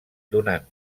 donant